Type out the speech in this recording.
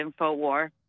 Infowar